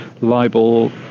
libel